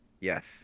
Yes